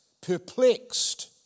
perplexed